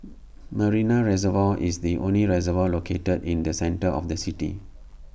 Marina Reservoir is the only reservoir located in the centre of the city